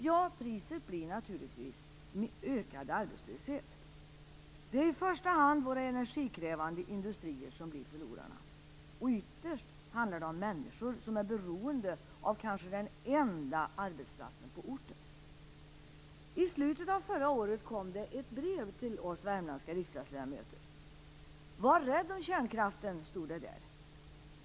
Ja, priset blir naturligtvis ökad arbetslöshet. Det är i första hand våra energikrävande industrier som blir förlorarna. Ytterst handlar det om människor som är beroende av kanske den enda arbetsplatsen på orten. I slutet av förra året kom det ett brev till oss värmländska riksdagsledamöter. "Var rädd om kärnkraften", stod det där.